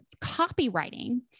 copywriting